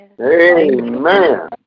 amen